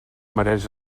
mereix